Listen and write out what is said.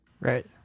Right